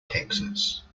texas